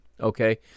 okay